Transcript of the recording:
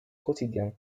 quotidien